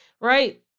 Right